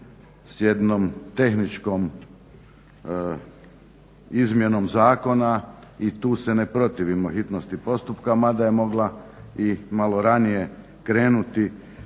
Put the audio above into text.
s jednom tehničkom izmjenom zakona i tu se ne protivimo hitnosti postupka, mada je mogla i malo ranije krenuti